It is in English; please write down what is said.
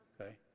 Okay